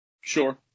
Sure